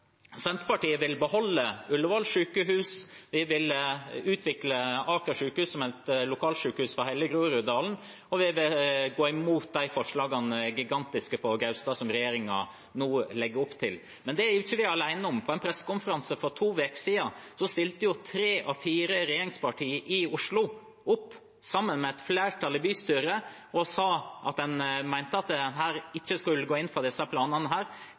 Senterpartiet vil beholde Ullevål sykehus, vi vil utvikle Aker sykehus som et lokalsykehus for hele Groruddalen, og vi vil gå imot de gigantiske forslagene for Gaustad som regjeringen nå legger opp til. Men det er vi ikke alene om. På en pressekonferanse for to uker siden stilte tre av fire regjeringspartier i Oslo opp sammen med et flertall i bystyret og sa at de mente man ikke skulle gå inn for disse planene.